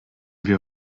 wir